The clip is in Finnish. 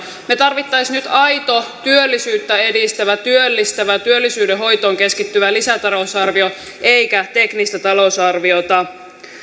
me tarvitsisimme nyt aidon työllisyyttä edistävän työllistävän työllisyyden hoitoon keskittyvän lisätalousarvion emmekä teknistä talousarviota